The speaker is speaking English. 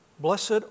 Blessed